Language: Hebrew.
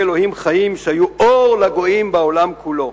אלוהים חיים שהיו אור לגויים בעולם כולו.